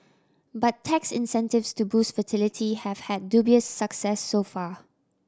but tax incentives to boost fertility have had dubious success so far